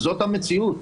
וזאת המציאות.